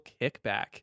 kickback